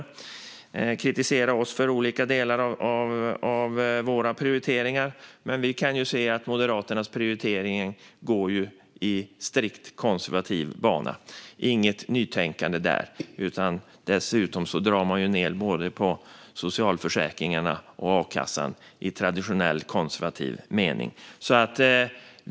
Man kritiserar oss för olika delar av våra prioriteringar, men vi kan ju se att Moderaternas prioritering går i strikt konservativ bana - inget nytänkande där! Dessutom drar man ned både på socialförsäkringarna och på a-kassan, i traditionell konservativ mening.